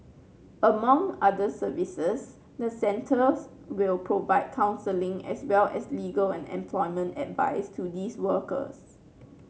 among other services the centres will provide counselling as well as legal and employment advice to these workers